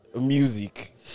music